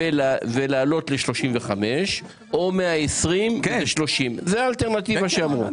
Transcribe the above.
107 ולהעלות ל-35 או 120 עם 30. זאת האלטרנטיבה שאמרו.